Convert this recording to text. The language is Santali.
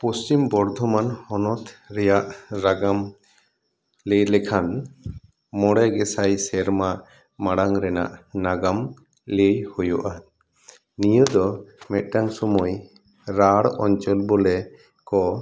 ᱯᱚᱥᱪᱤᱢ ᱵᱚᱨᱫᱷᱚᱢᱟᱱ ᱦᱚᱱᱚᱛ ᱨᱮᱭᱟᱜ ᱱᱟᱜᱟᱢ ᱞᱟᱹᱭ ᱞᱮᱠᱷᱟᱱ ᱢᱚᱬᱮ ᱜᱮᱥᱟᱭ ᱥᱮᱨᱢᱟ ᱢᱟᱲᱟᱝ ᱨᱮᱱᱟᱱ ᱱᱟᱜᱟᱢ ᱞᱟᱹᱭ ᱦᱩᱭᱩᱜᱼᱟ ᱱᱤᱭᱟᱹ ᱫᱚ ᱢᱤᱫᱴᱟᱝ ᱥᱚᱢᱚᱭ ᱨᱟᱲ ᱚᱧᱪᱚᱞ ᱵᱚᱞᱮ ᱠᱚ